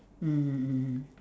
mm mm mm